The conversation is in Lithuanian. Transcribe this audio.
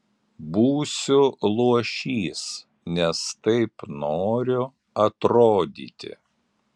būsiu luošys nes taip noriu atrodyti